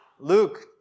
Luke